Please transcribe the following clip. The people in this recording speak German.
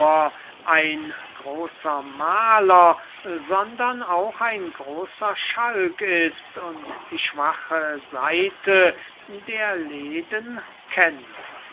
ein großer mahler sondern auch ein großer schalk ist und die schwache seite der leden kennt